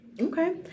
Okay